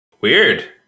Weird